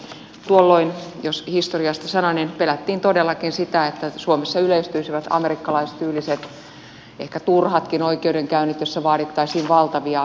tuolloin jos historiasta sananen pelättiin todellakin sitä että suomessa yleistyisivät amerikkalaistyyliset ehkä turhatkin oikeudenkäynnit joissa vaadittaisiin valtavia vahingonkorvauksia